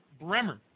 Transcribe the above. Bremer